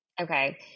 Okay